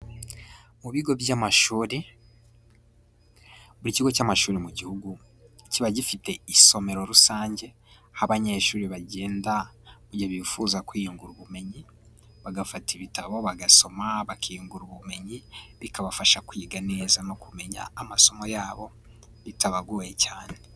Mu bigo by'amashuri, buri kigo cy'amashuri mu gihugu kiba gifite isomero rusange aho abanyeshuri bagenda igihe bifuza kwiyungura ubumenyi, bagafata ibitabo bagasoma, bakiyungura ubumenyi, bikabafasha kwiga neza no kumenya amasomo yabo bitabagoye cyane.